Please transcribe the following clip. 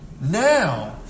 Now